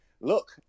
Look